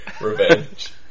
revenge